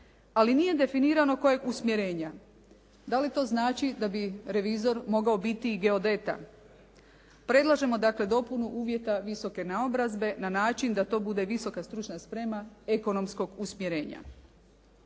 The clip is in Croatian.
ali nije definirano kojeg usmjerenja. Da li to znači da bi revizor mogao biti i geodeta? Predlažemo dakle dopunu uvjeta visoke naobrazbe na način da to bude visoka stručna sprema ekonomskog usmjerenja.